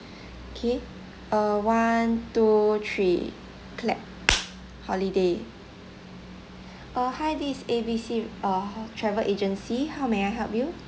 K uh one two three clap holiday uh hi this is A B C uh travel agency how may I help you